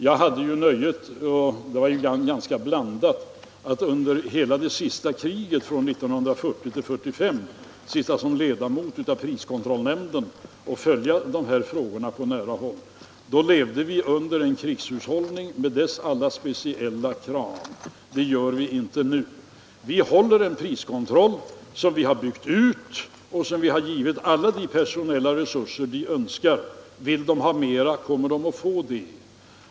Jag hade ju nöjet — och det var ibland ganska blandat — att under hela det senaste kriget från 1940 till 1945 sitta som ledamot av priskontrollnämnden och följa dessa frågor på nära håll. Då levde vi under en krigshushållning med alla dess speciella krav — det gör vi inte nu. Vi håller en priskontroll som vi har byggt ut och som vi har givit alla de personella resurser vi önskar, och vill man ha flera kommer man att få det.